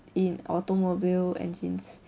in automobile engines